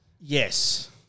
yes